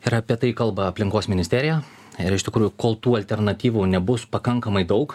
ir apie tai kalba aplinkos ministerija ir iš tikrųjų kol tų alternatyvų nebus pakankamai daug